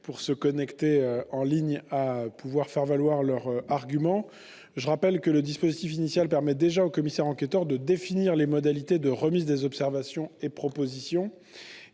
aux services en ligne de faire valoir leurs arguments. Toutefois, le dispositif initial permet déjà au commissaire enquêteur de définir les modalités de remise des observations et propositions.